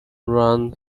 run